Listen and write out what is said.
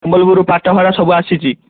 ସମ୍ବଲପୁର ପାଟ ଫାଟ ସବୁ ଆସିଛି